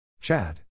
Chad